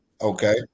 Okay